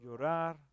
llorar